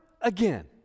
again